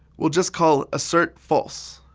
we'll just call assert false.